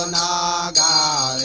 um da